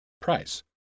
price